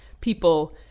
people